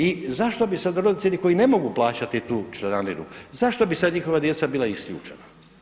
I zašto bi sad roditelji koji ne mogu plaćati tu članarinu, zašto bi sad njihova djeca bila isključena.